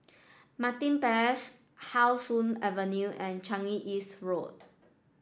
Martin Place How Soon Avenue and Changi East Road